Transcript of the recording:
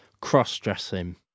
Cross-dressing